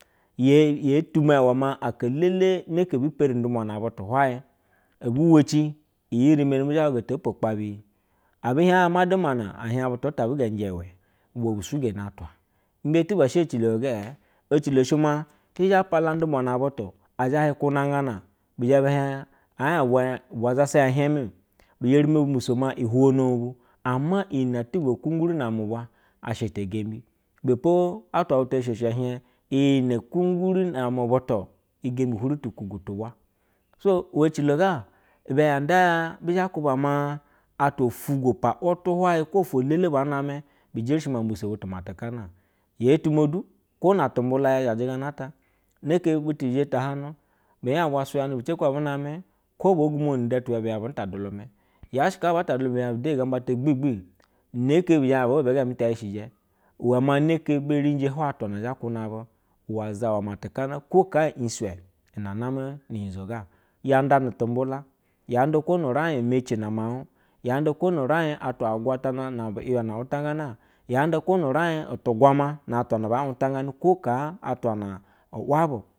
Ye ye tumo wa iwe aka elele neke ebu peri n-ndumwa na butu hwayɛ, ebi weci iyi reimeni bi zhe hwaye to opo ukpa bu iyi ebi hiɛj haye ma dumanaɛ hiej butu ata abɛ ge njɛ iwɛ ubwa bi sugani atwa. Imbe tuba shɛ ecilo iwɛ gɛɛ? Ecilo shɛ maa bi zhe pala n-nduwma na butu, ɛ zhe hiɛ kwuna gyana, bi zhe be hiɛj ee hieg ubwa ya ubwa zasa ya ihiemɛ bi eri mo bu mbiso maa ihwonowu bu, ama iyine tuba kwunguuri na-amɛ ubwa asha ite gembi. Ibɛ pa atwa wutu o sho ushi ɛ hiej, iyi ne kwungwuri na-amɛ butu gembi hwuri tu kwugwu tu ubwa so, iwɛ ecilo ga ibe ya nda ya bi zhɛ kwuba maa atwa ufwugwo pa mutu hwaye kwo ofwo elele baa name bi jerishi maa mbiso butu matekana o. Yoo tumo du kwo na tumbulo ya zhaje gana ata neke butu zhe taha-gnu binya bwo suyanɛ bu ce kw abu namee kwo boo gwumonu nu udatu ihwe hi hiej bu na dwulumɛ. Yaa she kaa baa ta dwulume bi hiej bu deyi gamba ta gbi gbi. Inee ke bu hiɛg bu awo ibɛemite ishijɛ. Iwe maa ne ke be vinje hwaye atwa na zhe kwuna bu. Iwe zawa matekana kwo kaa i’inswe na namɛ nu-unyizo ga. Ya nda na tumbula, yaa nda kwo nu uraij emexi nu muau-j yaa nsa kwo nu uraij atwa agwatana na bi yiywa na untajganɛ a-j. Yaa nda kwo nu uraij tu gwamo na atwa na baa untajganɛ kwo kaa atwa na wabu